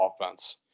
offense